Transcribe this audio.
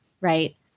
right